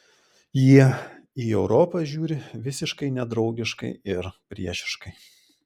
jie į europą žiūri visiškai nedraugiškai ir priešiškai